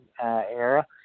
era